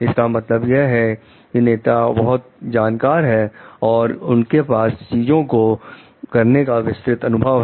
इसका मतलब यह है कि नेता बहुत जानकार है और उसके पास चीजों को करने का विस्तृत अनुभव है